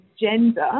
gender